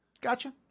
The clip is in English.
Gotcha